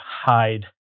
hide